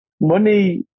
money